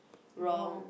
wrong